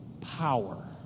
power